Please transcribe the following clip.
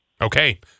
Okay